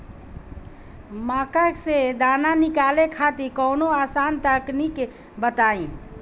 मक्का से दाना निकाले खातिर कवनो आसान तकनीक बताईं?